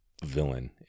Villain